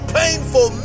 painful